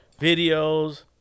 videos